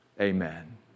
amen